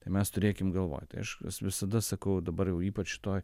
tai mes turėkim galvoj tai aš visada sakau dabar jau ypač šitoj